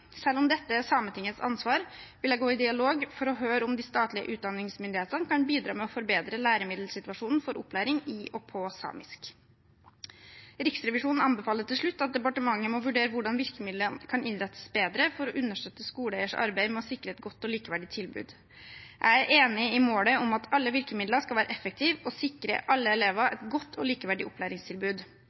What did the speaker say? Selv om dette er Sametingets ansvar, vil jeg gå i dialog for å høre om de statlige utdanningsmyndighetene kan bidra med å forbedre læremiddelsituasjonen for opplæring i og på samisk. Riksrevisjonen anbefaler til slutt at departementet må vurdere hvordan virkemidlene kan innrettes bedre for å understøtte skoleeiers arbeid med å sikre et godt og likeverdig tilbud. Jeg er enig i målet om at alle virkemidler skal være effektive og sikre alle elever et godt og likeverdig opplæringstilbud.